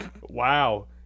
Wow